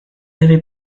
avait